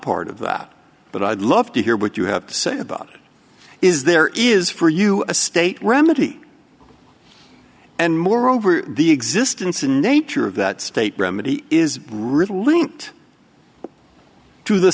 part of that but i'd love to hear what you have to say about it is there is for you a state remedy and moreover the existence and nature of that state remedy is really linked to the